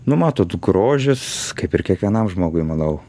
nu matot grožis kaip ir kiekvienam žmogui manau